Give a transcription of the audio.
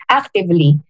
actively